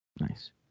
Nice